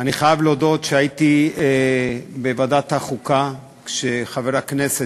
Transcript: אני חייב להודות שהייתי בוועדת החוקה כשחבר הכנסת